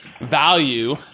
value